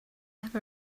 have